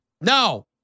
No